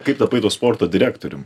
kaip tapai to sporto direktorium